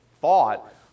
thought